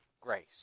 grace